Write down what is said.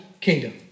kingdom